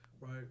right